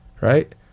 Right